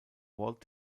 walt